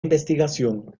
investigación